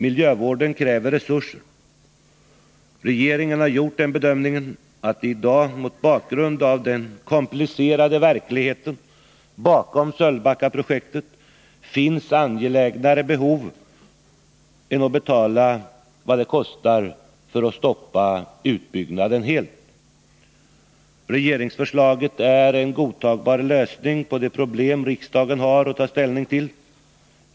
Miljövården kräver resurser. Regeringen har gjort den bedömningen av den komplicerade verkligheten bakom Sölvbackaprojektet att det finns angelägnare behov att tillgodose än att betala vad det kostar att stoppa utbyggnaden helt. Regeringsförslaget är en godtagbar lösning på det problem riksdagen har att ta ställning till.